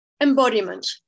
Embodiment